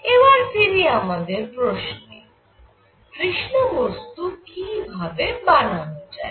এবার ফিরি আমাদের প্রশ্নে কৃষ্ণ বস্তু কি ভাবে বানানো যায়